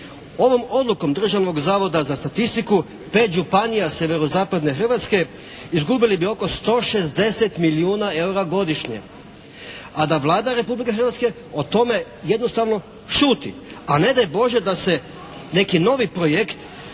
Ovom odlukom Državnog zavoda za statistiku 5 županije sjeverozapadne Hrvatske izgubili bi oko 160 milijuna eura godišnje. A da Vlada Republike Hrvatske o tome jednostavno šuti. A ne daj Bože da se neki novi projekt